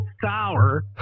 sour